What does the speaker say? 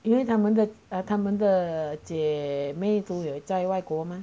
因为他们的他们的姐妹都有在外国吗